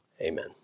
Amen